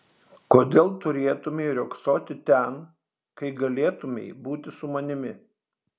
kodėl turėtumei riogsoti ten kai galėtumei būti su manimi